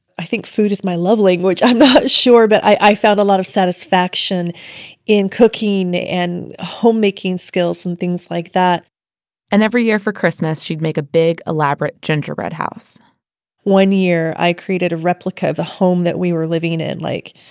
i think food is my love language, i'm not sure but i i found a lot of satisfaction in cooking and homemaking skills and things like that and every year for christmas, she'd make a big, elaborate gingerbread house one year, i created a replica of the home that we were living in. like,